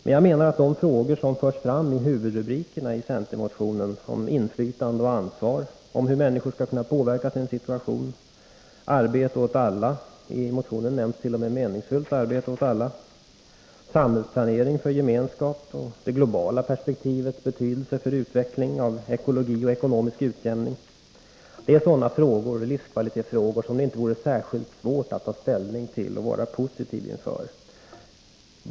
Jag menar att de frågor som nämns i centermotionens huvudrubriker — om inflytande och ansvar, om hur människor skall kunna påverka sin situation, arbete åt alla, i motionen står det t.o.m. meningsfyllt arbete åt alla, samhällsplanering för gemenskap och det globala perspektivets betydelse för utveckling av ekologi och ekonomisk utjämning — är sådana livskvalitetsfrågor som det inte borde vara särskilt svårt att ta ställning till och vara positiv inför.